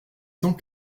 cent